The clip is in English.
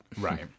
right